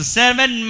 seven